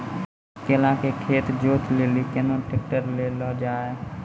केला के खेत जोत लिली केना ट्रैक्टर ले लो जा?